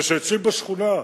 כשאצלי בשכונה,